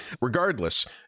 Regardless